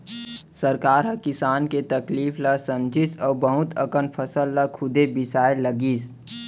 सरकार ह किसान के तकलीफ ल समझिस अउ बहुत अकन फसल ल खुदे बिसाए लगिस